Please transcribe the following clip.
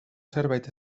zerbait